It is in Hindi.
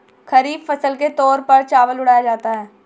खरीफ फसल के तौर पर चावल उड़ाया जाता है